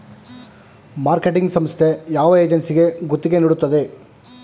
Marketing ಸಂಸ್ಥೆ ಯಾವ ಏಜೆನ್ಸಿಗೆ ಗುತ್ತಿಗೆ ನೀಡುತ್ತದೆ?